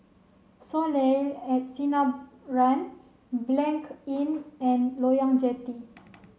Soleil at Sinaran Blanc Inn and Loyang Jetty